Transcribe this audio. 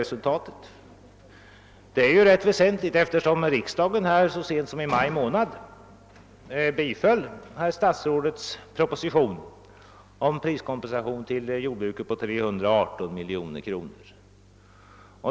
Denna fråga är rätt väsentlig, eftersom riksdagen så sent som i maj biföll herr statsrådets proposition om en priskompensation till jordbruket på 318 miljoner kronor.